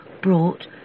brought